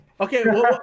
Okay